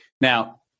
Now